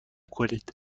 کنید